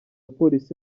polisi